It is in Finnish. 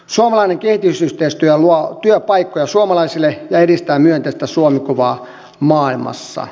suomalainen kehitysyhteistyö luo työpaikkoja suomalaisille ja edistää myönteistä suomi kuvaa maailmassa